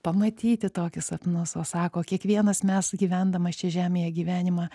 pamatyti tokius sapnus o sako kiekvienas mes gyvendamas čia žemėje gyvenimą